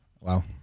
Wow